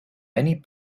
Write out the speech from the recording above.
many